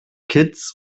kitts